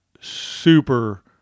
super